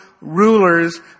rulers